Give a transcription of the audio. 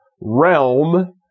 realm